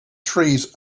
trees